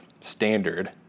standard